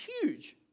huge